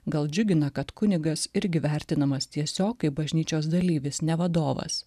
gal džiugina kad kunigas irgi vertinamas tiesiog kaip bažnyčios dalyvis ne vadovas